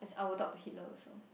I would talk to Hitler also